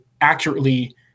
accurately